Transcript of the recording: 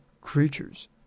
creatures